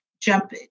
Jump